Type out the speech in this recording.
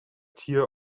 tier